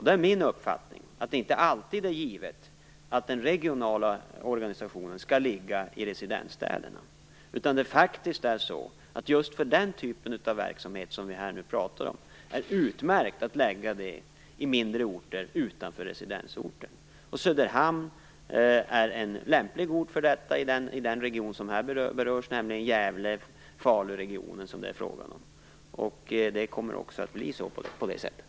Det är min uppfattning att det inte alltid är givet att den regionala organisationen skall ligga i residensstäderna. Det går utmärkt att förlägga just den typ av verksamhet som vi här talar om till mindre orter utanför residensorten. Söderhamn är en lämplig ort när det gäller den region som berörs, nämligen Gävle-Falun-regionen. Det kommer också att bli på det sättet.